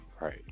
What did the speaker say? right